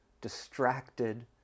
distracted